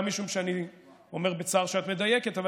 גם משום שאני אומר בצער שאת מדייקת אבל